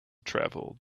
travel